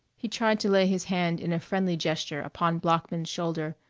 he tried to lay his hand in a friendly gesture upon bloeckman's shoulder,